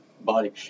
body